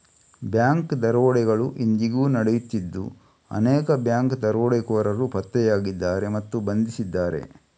bank ದರೋಡೆಗಳು ಇಂದಿಗೂ ನಡೆಯುತ್ತಿದ್ದು ಅನೇಕ ಬ್ಯಾಂಕ್ ದರೋಡೆಕೋರರು ಪತ್ತೆಯಾಗಿದ್ದಾರೆ ಮತ್ತು ಬಂಧಿಸಿದ್ದಾರೆ